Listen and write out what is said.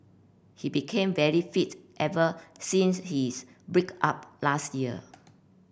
he became very fit ever since his break up last year